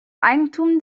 eigentum